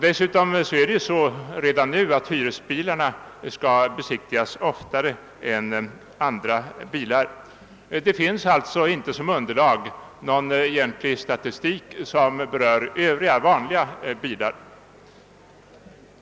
Dessutom är det så redan nu att hyresbilarna skall besiktigas oftare än andra bilar. Det finns alltså inte som underlag någon egentlig statistik som berör övriga vanliga bilar.